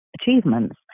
achievements